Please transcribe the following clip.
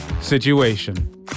situation